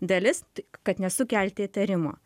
dalis tik kad nesukelti įtarimo